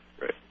Right